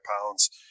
pounds